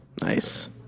Nice